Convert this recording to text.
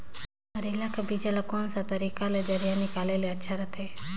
करेला के बीजा ला कोन सा तरीका ले जरिया निकाले ले अच्छा रथे?